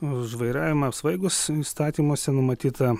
už vairavimą apsvaigus įstatymuose numatyta